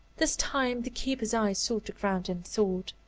this time the keeper's eyes sought the ground in thought.